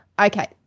Okay